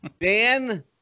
Dan